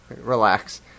Relax